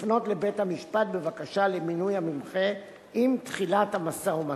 לפנות לבית-המשפט בבקשה למינוי המומחה עם תחילת המשא-ומתן.